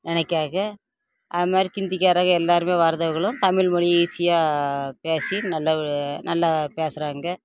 நெனைக்காக அது மாதிரி ஹிந்திக்காரக எல்லோருமே வரதவகளும் தமிழ் மொழிய ஈசியாக பேசி நல்லா நல்லா பேசுகிறாங்க